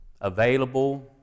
available